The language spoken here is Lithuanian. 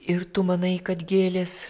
ir tu manai kad gėlės